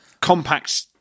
compact